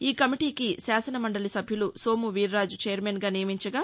ఈ కమిటీకి శాసనమండలి సభ్యులు సోము వీరాజు చైర్మన్గా నియమించగా